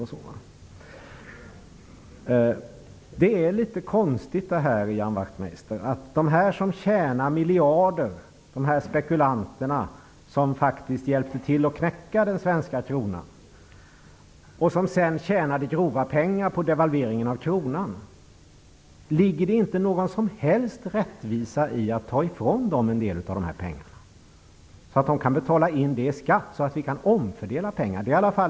Ligger det, Ian Wachtmeister, inte någon som helst rättvisa i att ta pengarna ifrån de spekulanter som tjänar miljarder, vilka faktiskt hjälpte till att knäcka den svenska kronan och sedan tjänade grova pengar på devalveringen av kronan? De kunde betala in pengarna i skatt så att pengarna kan omfördelas.